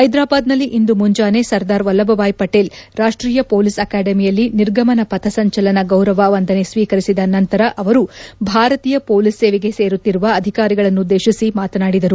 ಹೈದರಾಬಾದ್ನಲ್ಲಿ ಇಂದು ಮುಂಜಾನೆ ಸರ್ದಾರ್ ವಲ್ಲಭ್ಭಾಯ್ ಪಟೇಲ್ ರಾಷ್ಷೀಯ ಪೊಲೀಸ್ ಅಕಾಡೆಮಿಯಲ್ಲಿ ನಿರ್ಗಮನ ಪಥಸಂಚಲನದಲ್ಲಿ ಗೌರವ ವಂದನೆ ಸ್ನೀಕರಿಸಿದ ನಂತರ ಅವರು ಭಾರತೀಯ ಪೊಲೀಸ್ ಸೇವೆಗೆ ಸೇರುತ್ನಿರುವ ಅಧಿಕಾರಿಗಳನ್ನು ಉದ್ಲೇಖಿಸಿ ಮಾತನಾಡಿದರು